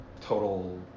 total